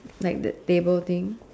like that table thing